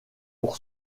pour